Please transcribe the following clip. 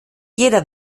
jeder